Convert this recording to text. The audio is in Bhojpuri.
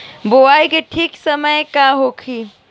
बुआई के ठीक समय का होखे?